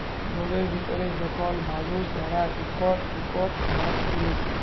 জলের ভিতরে যখল মালুস দাঁড়ায় ইকট ইকট মাছ তুলে